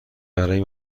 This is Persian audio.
برای